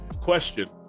Question